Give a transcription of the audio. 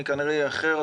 אני כנראה אאחר,